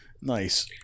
Nice